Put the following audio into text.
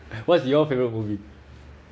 what's your favourite movie